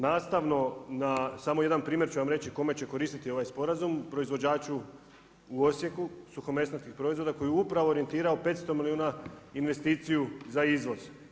Nastavno na samo jedan primjer ću vam reći kome će koristiti ovaj sporazum, proizvođaču u Osijeku suhomesnatih proizvoda koji je upravo orijentirao 500 milijuna investiciju za izvoz.